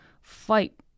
fight